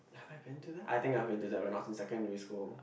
have I been to that I think I have been to that when I was in secondary school